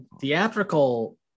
theatrical